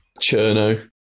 Cherno